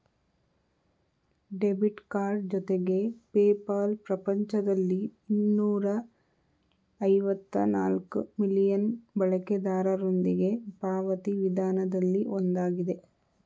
debit card ಜೊತೆಗೆ PayPal ಪ್ರಪಂಚದಲ್ಲಿ ಇನ್ನೂರ ಐವತ್ತ ನಾಲ್ಕ್ ಮಿಲಿಯನ್ ಬಳಕೆದಾರರೊಂದಿಗೆ ಪಾವತಿ ವಿಧಾನದಲ್ಲಿ ಒಂದಾಗಿದೆ